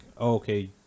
okay